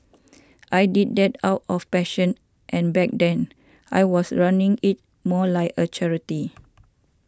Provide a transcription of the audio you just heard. I did that out of passion and back then I was running it more like a charity